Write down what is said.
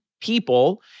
people